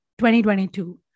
2022